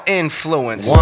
influence